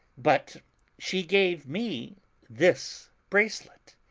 but she gave me this bracelet.